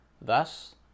Thus